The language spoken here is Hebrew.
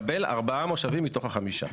תקבל ארבעה מושבים מתוך החמישה.